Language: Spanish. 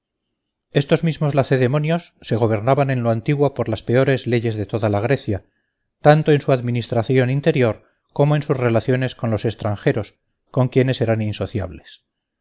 estos mismos lacedemonios se gobernaban en lo antiguo por las peores leyes de toda la grecia tanto en su administración interior como en sus relaciones con los extranjeros con quienes eran insociables